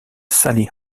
sally